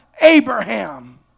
Abraham